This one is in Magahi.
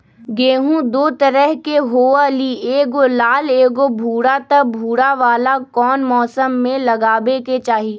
गेंहू दो तरह के होअ ली एगो लाल एगो भूरा त भूरा वाला कौन मौसम मे लगाबे के चाहि?